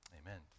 Amen